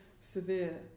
severe